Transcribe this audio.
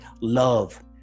love